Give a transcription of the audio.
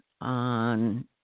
on